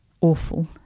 awful